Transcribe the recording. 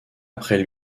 après